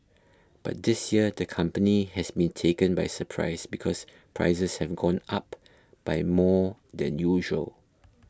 but this year the company has been taken by surprise because prices have gone up by more than usual